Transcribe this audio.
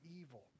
evil